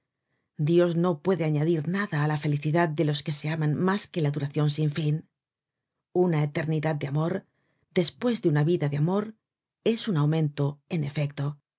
dios no puede añadir nada á la felicidad de los que se aman mas que la duracion sin fin una eternidad de amor despues de una vida de amor es un aumento en efecto